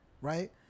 right